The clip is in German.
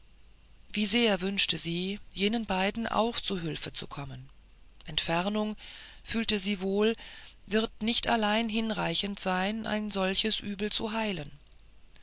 wie sehr wünschte sie jenen beiden auch zu hülfe zu kommen entfernung fühlte sie wohl wird nicht allein hinreichend sein ein solches übel zu heilen